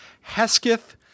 Hesketh